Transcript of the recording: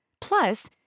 Plus